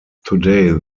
today